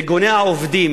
ארגוני העובדים,